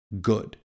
good